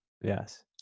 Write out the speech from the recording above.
Yes